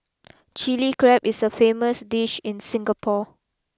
Chilli Crab is a famous dish in Singapore